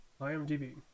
IMDb